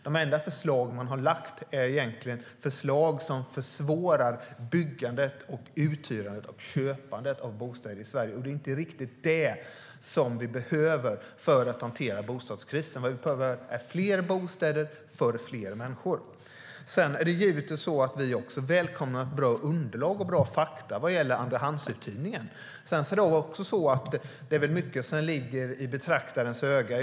De enda förslag som man har lagt är egentligen förslag som försvårar byggandet, uthyrandet och köpandet av bostäder i Sverige, och det är inte riktigt det vi behöver för att hantera bostadskrisen. Vad vi behöver är fler bostäder för fler människor. Givetvis välkomnar även vi ett bra underlag och bra fakta vad gäller andrahandsuthyrningen. Det är väl också så att mycket ligger i betraktarens öga.